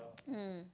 mm